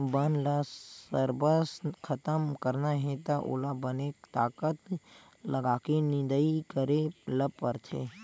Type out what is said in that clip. बन ल सरबस खतम करना हे त ओला बने ताकत लगाके निंदई करे ल परथे